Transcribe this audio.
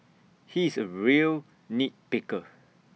he is A real nit picker